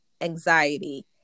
anxiety